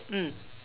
mm